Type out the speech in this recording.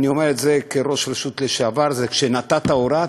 ואני אומר את זה כראש רשות לשעבר: כשנתת הוראה,